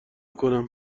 کنم